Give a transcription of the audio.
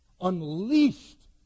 unleashed